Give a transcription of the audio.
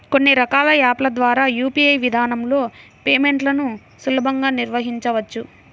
కొన్ని రకాల యాప్ ల ద్వారా యూ.పీ.ఐ విధానంలో పేమెంట్లను సులభంగా నిర్వహించవచ్చు